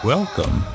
Welcome